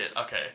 Okay